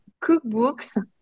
cookbooks